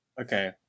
Okay